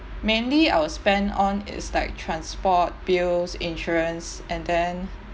mainly I'll spend on is like transport bills insurance and then